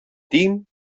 tinc